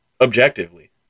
objectively